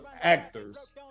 actors